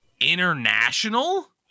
international